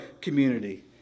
community